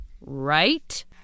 Right